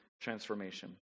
transformation